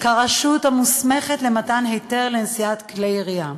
כרשות המוסמכת למתן היתר לנשיאת כלי ירייה.